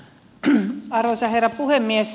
arvoisa herra puhemies